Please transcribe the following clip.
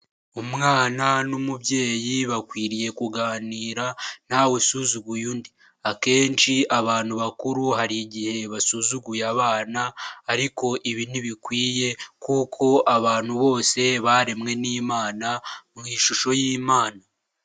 Umwana n'umubyeyi bakwiriye kuganira ntawe usuzuguye undi; akenshi abantu bakuru hari igihe basuzuguye abana ariko ibi ntibikwiye kuko abantu bose baremwe n'Imana, mu ishusho y'Imana.